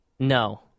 No